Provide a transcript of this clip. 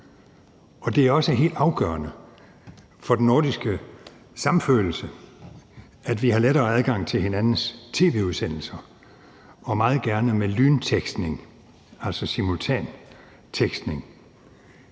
Det er også helt afgørende for den nordiske samfølelse, at vi har lettere adgang til hinandens tv-udsendelser og meget gerne med lyntekstning, altså simultantekstning.